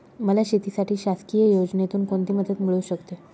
मला शेतीसाठी शासकीय योजनेतून कोणतीमदत मिळू शकते?